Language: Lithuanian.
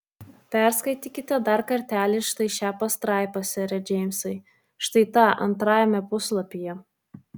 perskaitykite dar kartelį štai šią pastraipą sere džeimsai štai tą antrajame puslapyje